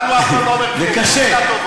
לנו הוא אף פעם לא אומר כלום, שום מילה טובה.